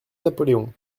napoléon